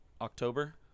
October